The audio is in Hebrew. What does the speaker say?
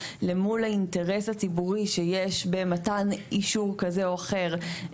אל מול האינטרס הציבורי שיש במתן אישור כזה או אחר,